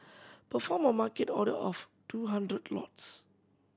perform a Market order of two hundred lots